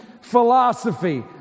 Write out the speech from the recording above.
philosophy